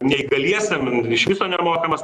neįgaliesiem iš viso nemokamas